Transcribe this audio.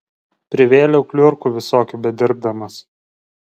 privėliau kliurkų visokių bedirbdamas